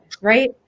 Right